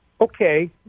okay